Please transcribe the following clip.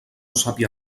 sàpia